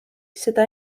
seda